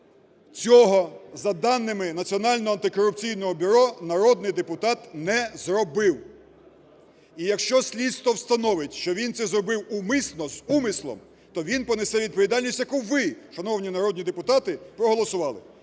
Цього за даними Національного антикорупційного бюро народний депутат не зробив. І якщо слідство встановить, що він це зробив умисно, з умислом, то він понесе відповідальність, яку ви, шановні народні депутати, проголосували.